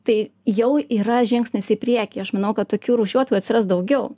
tai jau yra žingsnis į priekį aš manau kad tokių rūšiuotų atsiras daugiau